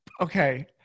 Okay